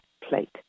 plate